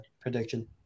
prediction